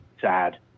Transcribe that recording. sad